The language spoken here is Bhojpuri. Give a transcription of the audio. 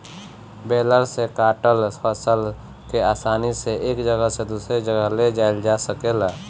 बेलर से काटल फसल के आसानी से एक जगह से दूसरे जगह ले जाइल जा सकेला